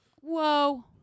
Whoa